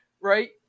Right